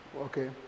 Okay